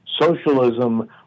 socialism